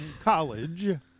college